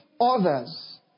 others